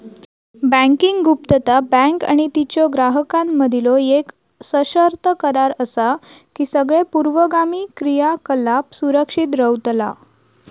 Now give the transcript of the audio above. banking गुप्तता, bank आणि तिच्यो ग्राहकांमधीलो येक सशर्त करार असा की सगळे पूर्वगामी क्रियाकलाप सुरक्षित रव्हतला